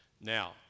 Now